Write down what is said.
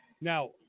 Now